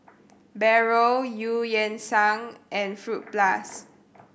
Barrel Eu Yan Sang and Fruit Plus